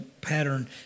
pattern